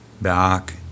back